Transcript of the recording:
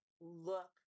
look